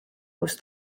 kus